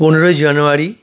পনেরোই জানুয়ারি